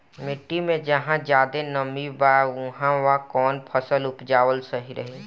मिट्टी मे जहा जादे नमी बा उहवा कौन फसल उपजावल सही रही?